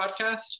podcast